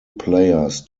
players